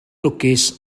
lwcus